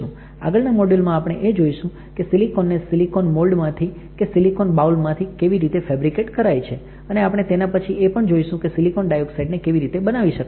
આગળના મોડ્યુલમાં આપણે એ જોઈશું કે સિલિકોનને સિલિકોન મોલ્ડ માંથી કે સિલિકોન બાઉલ માંથી કેવી રીતે ફેબ્રીકેટ કરાય છે અને આપણે તેના પછી એ પણ જોઈશું કે સિલિકોન ડાયોક્સાઇડ ને કેવી રીતે બનાવી શકાય છે